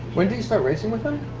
when did he start racing with them?